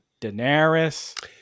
Daenerys